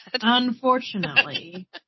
Unfortunately